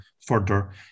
further